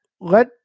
let